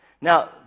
Now